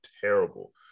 terrible